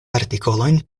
artikolojn